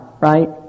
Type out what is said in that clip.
right